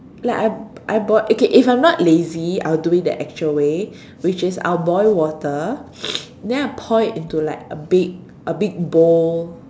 like I b~ I boil okay if I'm not lazy I'll do it the actual way which is I'll boil water then I pour it into like a big a big bowl